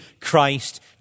Christ